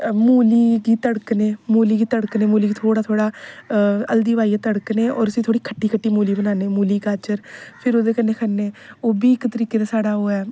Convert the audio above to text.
मूली गी तड़कने मूली गी तड़कने मूली गी थोह्ड़ा थोह्ड़ा हल्दी पाइये तड़कने उसी थोह्ड़ी खट्टी खट्टी मूली बनान्ने मूली गाजर फिर ओहदे कन्नै खन्ने ओह्बी इक तरीके दा साढ़ा ओह्